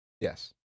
Yes